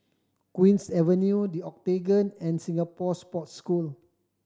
Queen's Avenue The Octagon and Singapore Sports School